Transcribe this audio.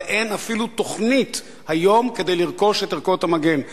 אבל היום אין אפילו תוכנית לרכוש את ערכות המגן.